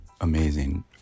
amazing